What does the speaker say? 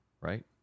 right